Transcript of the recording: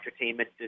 entertainment